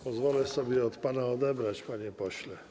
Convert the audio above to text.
Pozwolę je sobie od pana odebrać, panie pośle.